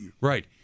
Right